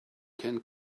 can